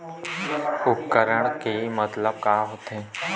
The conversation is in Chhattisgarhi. उपकरण के मतलब का होथे?